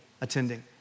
attending